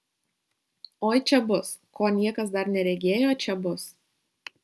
oi čia bus ko niekas dar neregėjo čia bus